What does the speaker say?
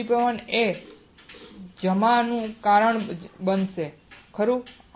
બાષ્પીભવન એ જમાવટ નું કારણ બનશે ખરું